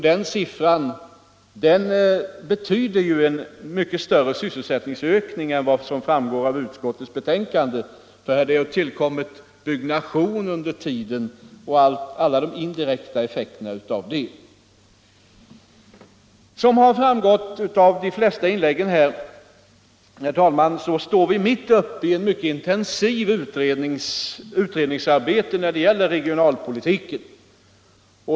Den siffran betyder en mycket större sysselsättningsökning än vad som framgår av utskottsbetänkandet. Här tillkommer byggnation och andra indirekta effekter. Som framgått av flertalet inlägg här står vi mitt uppe i en mycket intensiv utredningsverksamhet när det gäller lokaliseringspolitiken.